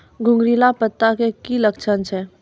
घुंगरीला पत्ता के की लक्छण छै?